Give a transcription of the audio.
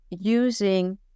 using